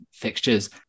fixtures